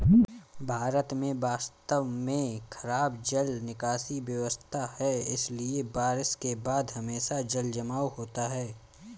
भारत में वास्तव में खराब जल निकासी व्यवस्था है, इसलिए बारिश के बाद हमेशा जलजमाव होता है